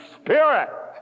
spirit